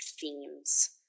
themes